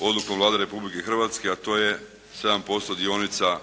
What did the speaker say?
odlukom Vlade Republike Hrvatske a to je 7% dionica